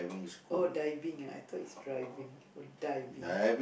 oh diving ah I thought is driving go diving